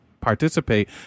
participate